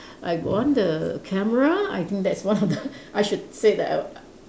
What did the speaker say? I won the camera I think that's one of the I should say that I